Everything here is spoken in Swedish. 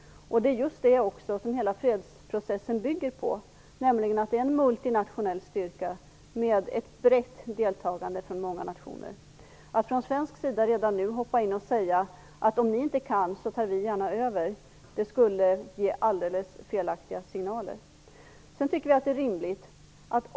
Det är just det som hela fredsprocessen bygger på. Det är en multinationell styrka med ett brett deltagande från många nationer. Att från svensk sida redan nu hoppa in och säga att vi gärna tar över om någon annan inte kan skulle ge alldeles felaktiga signaler.